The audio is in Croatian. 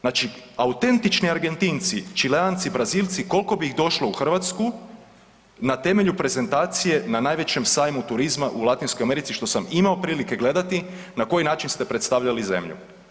Znači autentični Argentinci, Čileanci i Brazilci, koliko bi ih došlo u Hrvatsku na temelju prezentacije na najvećem sajmu turizma u Latinskoj Americi što sam imao prilike gledati na koji način ste predstavljali zemlju.